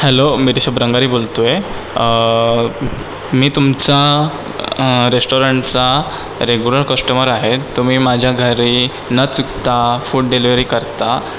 hello मी रिषभ रंगारी बोलतोय मी तुमचा रेस्टॉरंटचा रेगुरल कस्टमर आहे तुम्ही माझ्या घरी न चुकता फुड डिलिवरी करता